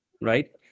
right